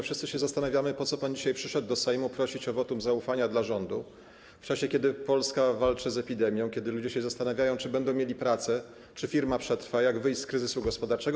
Wszyscy się zastanawiamy, po co pan dzisiaj przyszedł do Sejmu prosić o wotum zaufania dla rządu w czasie, kiedy Polska walczy z epidemią, kiedy ludzie się zastanawiają, czy będą mieli pracę, czy firma przetrwa, jak wyjść z kryzysu gospodarczego.